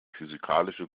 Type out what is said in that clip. physikalische